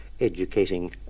educating